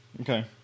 Okay